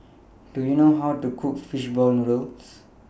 Do YOU know How to Cook Fish Ball Noodles